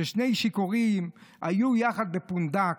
ששני שיכורים היו יחד בפונדק,